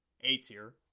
A-tier